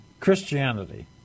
Christianity